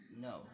No